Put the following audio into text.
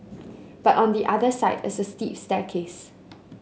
but on the other side is a steep staircase